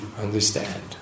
understand